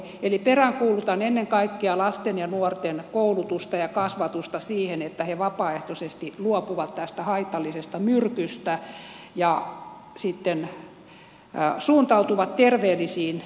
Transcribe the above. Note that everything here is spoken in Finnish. eli peräänkuulutan ennen kaikkea lasten ja nuorten koulutusta ja kasvatusta siihen että he vapaaehtoisesti luopuvat tästä haitallisesta myrkystä ja sitten suuntautuvat terveellisiin elämäntapoihin